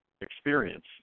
experience